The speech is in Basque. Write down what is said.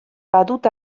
badut